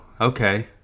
Okay